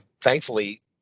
thankfully